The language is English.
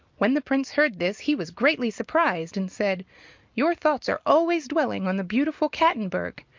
when the prince heard this he was greatly surprised, and said your thoughts are always dwelling on the beautiful cattenburg,